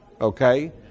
okay